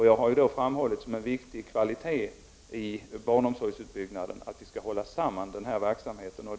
Jag har som en viktig kvalitet i barnomsorgsutbyggnaden framhållit att vi skall hålla samman verksamheten.